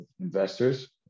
investors